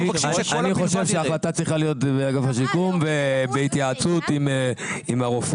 אני חושב שההחלטה צריכה להיות באגף השיקום ובהתייעצות עם הרופא.